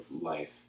life